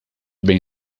bem